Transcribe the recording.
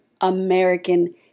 American